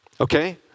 okay